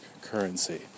currency